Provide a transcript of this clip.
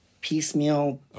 piecemeal